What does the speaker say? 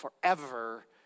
forever